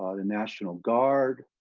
ah the national guard.